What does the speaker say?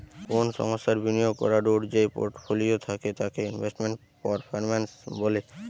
কোনো সংস্থার বিনিয়োগ করাদূঢ় যেই পোর্টফোলিও থাকে তাকে ইনভেস্টমেন্ট পারফরম্যান্স বলে